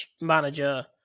manager